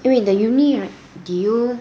eh wait the uni right did you